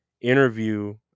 interview